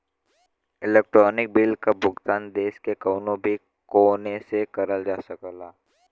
electronic bill क भुगतान देश के कउनो भी कोने से करल जा सकला